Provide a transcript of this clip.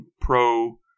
Pro